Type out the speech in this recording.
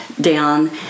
down